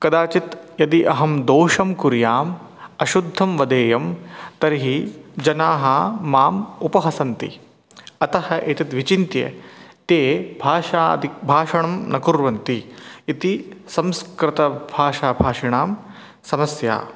कदाचित् यदि अहं दोषं कुर्याम् अशुद्धं वदेयं तर्हि जनाः माम् उपहसन्ति अतः एतद् विचिन्त्य ते भाषादिक् भाषणं न कुर्वन्ति इति संस्कृतभाषाभाषिणां समस्या